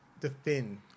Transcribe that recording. defend